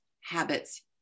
habits